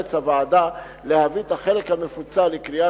תיאלץ הוועדה להביא את החלק המפוצל לקריאה